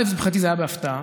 מבחינתי זה היה בהפתעה.